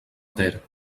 ter